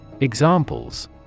Examples